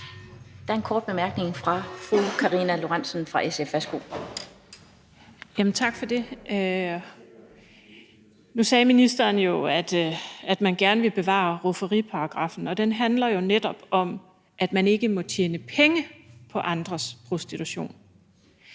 Dehnhardt fra SF. Værsgo. Kl. 17:04 Karina Lorentzen Dehnhardt (SF): Tak for det. Nu sagde ministeren jo, at man gerne vil bevare rufferiparagraffen, og den handler netop om, at man ikke må tjene penge på andres prostitution.